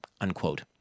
Unquote